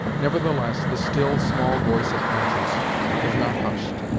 nevertheless, the still, small voice of conscience was not hushed,